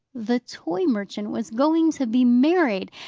the toy merchant, was going to be married.